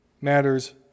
matters